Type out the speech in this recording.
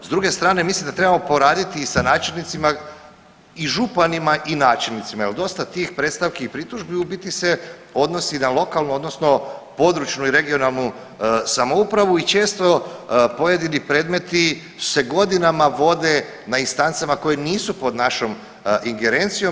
S druge strane mislim da trebamo poraditi i sa načelnicima i županima i načelnicima jel dosta tih predstavki i pritužbi u biti se odnosi na lokalnu odnosno na područnu i regionalnu samoupravu i često pojedini predmeti se godinama vode na instancama koje nisu pod našom ingerencijom.